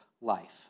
life